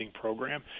program